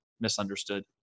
misunderstood